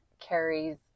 carries